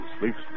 sleeps